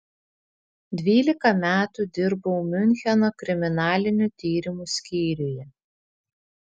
dvylika metų dirbau miuncheno kriminalinių tyrimų skyriuje